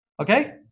Okay